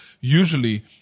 Usually